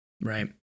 right